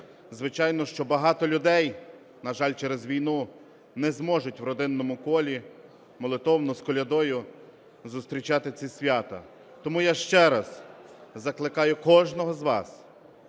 Звичайно, що багато людей, на жаль, через війну не зможуть в родинному колі молитовно з колядою зустрічати ці свята. Тому я ще раз закликаю кожного з вас